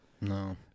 No